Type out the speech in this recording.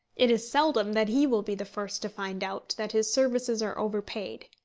it is seldom that he will be the first to find out that his services are overpaid.